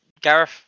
Gareth